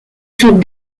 sont